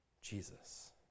Jesus